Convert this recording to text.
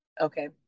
Okay